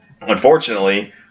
Unfortunately